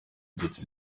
ndetse